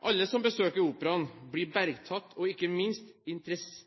Alle som besøker operaen, blir bergtatt, og ikke minst